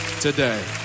today